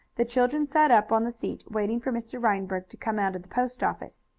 the children sat up on the seat, waiting for mr. reinberg to come out of the post-office,